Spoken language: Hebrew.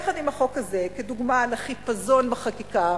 יחד עם החוק הזה, כדוגמה לחיפזון בחקיקה,